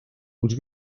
uns